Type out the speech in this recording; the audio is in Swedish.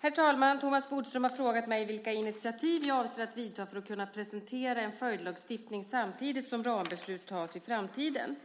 Herr talman! Thomas Bodström har frågat mig vilka initiativ jag avser att vidta för att kunna presentera en följdlagstiftning samtidigt som rambeslut tas i framtiden.